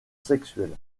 sexuelle